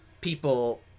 people